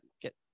get